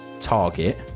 target